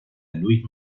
luis